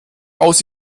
aus